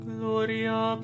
Gloria